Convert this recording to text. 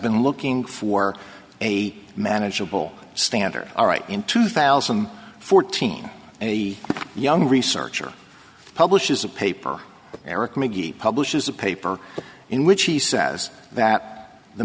been looking for a manageable standard all right in two thousand and fourteen and a young researcher publishes a paper erik mcgee publishes a paper in which he says that the